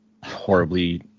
horribly